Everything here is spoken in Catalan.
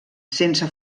sense